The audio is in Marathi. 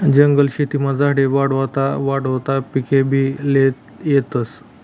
जंगल शेतीमा झाडे वाढावता वाढावता पिकेभी ल्हेता येतस